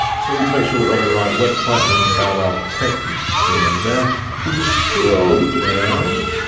so we need to make sure we're on the right website, i'm on the bowwowtech, you can see over there. if we just scroll down,